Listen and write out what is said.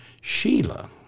Sheila